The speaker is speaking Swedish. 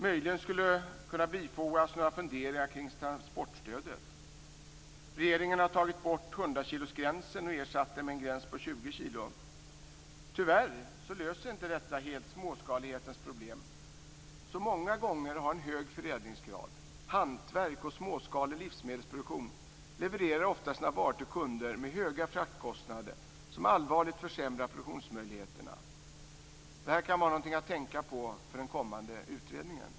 Möjligen skulle det kunna bifogas några funderingar kring transportstödet. Regeringen har tagit bort 100-kilosgränsen och ersatt den med en gräns på 20 kilo. Tyvärr löser inte detta helt småskalighetens problem som många gånger har en hög förädlingsgrad. Inom hantverk och småskalig livsmedelsproduktion levereras ofta varorna till kunder med höga fraktkostnader, vilket allvarligt försämrar produktionsmöjligheterna. Detta kan vara något att tänka på för den kommande utredningen.